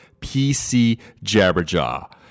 PCJabberjaw